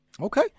Okay